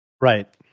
right